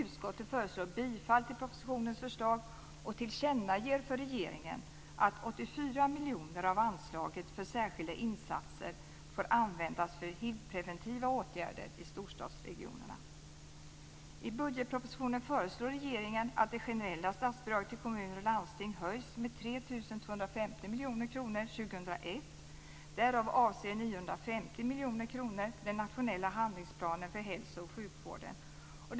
Utskottet föreslår bifall till propositionens förslag och tillkännager för regeringen att 84 950 miljoner kronor den nationella handlingsplanen för hälso och sjukvården.